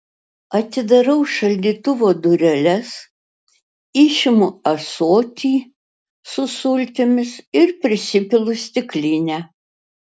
atidarau šaldytuvo dureles išimu ąsotį su sultimis ir prisipilu stiklinę